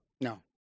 no